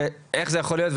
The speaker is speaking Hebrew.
ואיך זה יכול להיות,